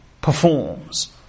performs